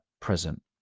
present